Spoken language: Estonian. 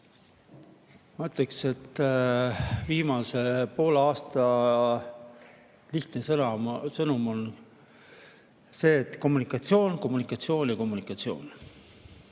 Ma ütleks, et viimase poole aasta lihtne sõnum on selline: kommunikatsioon, kommunikatsioon ja kommunikatsioon.